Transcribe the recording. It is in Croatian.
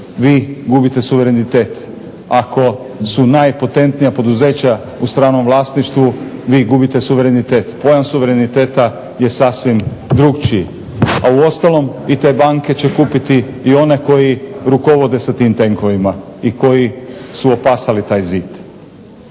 vi gubite suverenitet, ako su najpotentnija poduzeća u stranom vlasništvu vi gubite suverenitet. Pojam suvereniteta je sasvim drukčiji. A uostalom i te banke će kupiti i one koji rukovode sa tim tenkovima i koji su opasali taj zid.